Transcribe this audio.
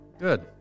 Good